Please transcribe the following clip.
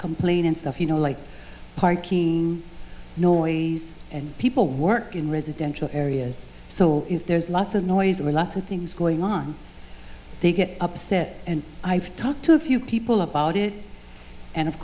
complain and stuff you know like parking noises and people work in residential areas so there's lots of noise or lots of things going on they get upset and i've talked to a few people about it and of